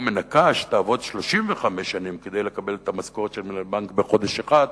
או מנקה תעבוד 35 שנים כדי לקבל את המשכורת של מנהל בנק בחודש אחד,